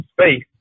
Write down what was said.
space